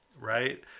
right